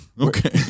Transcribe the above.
Okay